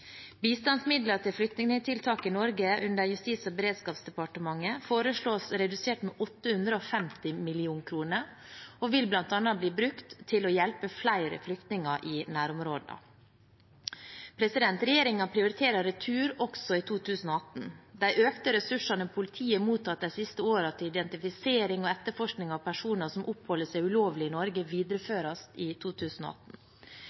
Bistandsmidler til flyktningtiltak i Norge under Justis- og beredskapsdepartementet foreslås redusert med 850 mill. kr og vil bl.a. bli brukt til å hjelpe flere flyktninger i nærområdene. Regjeringen prioriterer retur også i 2018. De økte ressursene politiet har mottatt de siste årene til identifisering og etterforskning av personer som oppholder seg ulovlig i Norge,